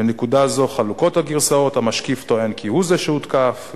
מנקודה זו חלוקות הגרסאות: המשקיף טוען כי הוא זה שהותקף,